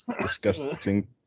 disgusting